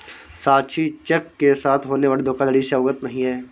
साक्षी cheque के साथ होने वाली धोखाधड़ी से अवगत नहीं है